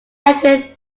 edwin